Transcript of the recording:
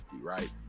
right